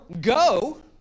go